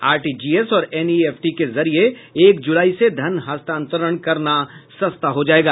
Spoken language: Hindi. आरटीजीएस और एनईएफटी के जरिये एक जुलाई से धन हस्तांतरण करना सस्ता हो जायेगा